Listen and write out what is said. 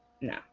no